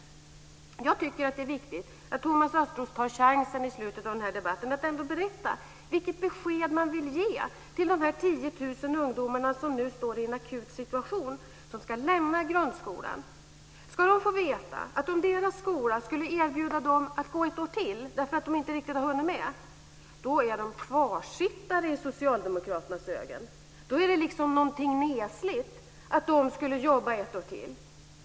Jag tycker att det är viktigt att Thomas Östros tar chansen i slutet av den här debatten att berätta vilket besked man vill ge till de 10 000 ungdomar som nu står i en akut situation, som ska lämna grundskolan. Om deras skola skulle erbjuda dem att gå ett år till eftersom de inte riktigt har hunnit med, ska de då få veta att de är kvarsittare i Socialdemokraternas ögon, att det är någonting nesligt att de skulle jobba ett år till?